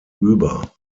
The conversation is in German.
über